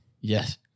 Yes